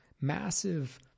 massive